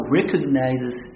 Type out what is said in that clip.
recognizes